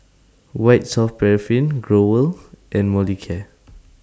White Soft Paraffin Growell and Molicare